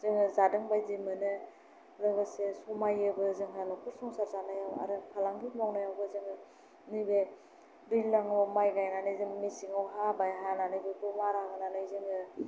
जोङो जादोंबायदि मोनो लोगोसे समोयोबो जोंहा न'खर संसार जानायाव आरो फालांगि मावनायावबो जोङो नैबे दैज्लाङाव माइ गायनानै जोङो मेसेङाव बेखौ हाबाय हानानै मारा होनानै जोङो